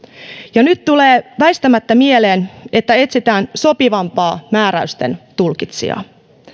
ja nyt tulee väistämättä mieleen että etsitään sopivampaa määräysten tulkitsijaa